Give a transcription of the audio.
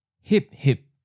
Hip-hip